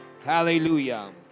Hallelujah